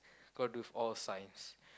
got to do with all science